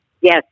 Yes